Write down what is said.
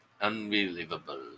Unbelievable